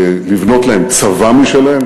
לבנות להם צבא משלהם.